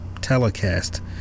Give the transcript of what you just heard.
telecast